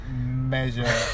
measure